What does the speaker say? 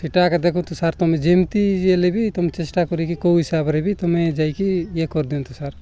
ସେଇଟା ଏକା ଦେଖନ୍ତୁ ସାର୍ ତୁମେ ଯେମିତି ହେଲେ ବି ତୁମେ ଚେଷ୍ଟା କରିକି କେଉଁ ହିସାବରେ ବି ତୁମେ ଯାଇକି ଇଏ କରିଦିଅନ୍ତୁ ସାର୍